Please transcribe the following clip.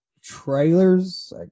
trailers